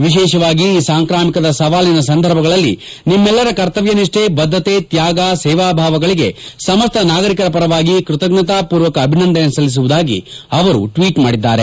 ವಿಶೇಷವಾಗಿ ಈ ಸಾಂಕ್ರಾಮಿಕದ ಸವಾಲಿನ ಸಂದರ್ಭಗಳಲ್ಲಿ ನಿಮ್ಮೆಲ್ಲರ ಕರ್ತವ್ಯನಿಷ್ಠೆ ಬದ್ದತೆ ತ್ಯಾಗ ಸೇವಾಭಾವಗಳಿಗೆ ಸಮಸ್ತ ನಾಗರಿಕರ ಪರವಾಗಿ ಕೃತಜ್ಞತಾ ಪೂರ್ವಕ ಅಭಿನಂದನೆ ಸಲ್ಲಿಸುವುದಾಗಿ ಅವರು ಟ್ವೀಟ್ ಮಾದಿದ್ದಾರೆ